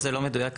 זה לא מדויק.